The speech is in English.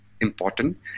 important